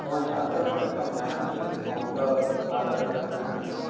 भवान् छात्रः सम्यक् अहं जानामि भवतः मातरं पितरम् अहं जानामि